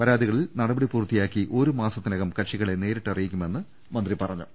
പരാതികളിൽ നടപടി പൂർത്തിയാക്കി ഒരു മാസത്തിനകം കക്ഷികളെ നേരിട്ട് അറിയിക്കുമെന്ന് മന്ത്രി പറഞ്ഞു